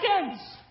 seconds